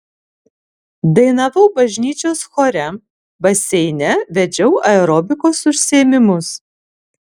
dainavau bažnyčios chore baseine vedžiau aerobikos užsiėmimus